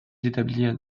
d’établir